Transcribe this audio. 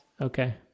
Okay